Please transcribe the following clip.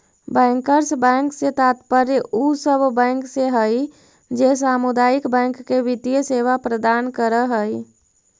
bankers bank से तात्पर्य उ सब बैंक से हइ जे सामुदायिक बैंक के वित्तीय सेवा प्रदान करऽ हइ